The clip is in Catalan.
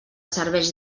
serveix